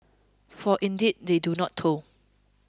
for indeed they do not toil